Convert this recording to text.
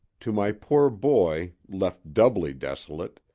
to my poor boy, left doubly desolate,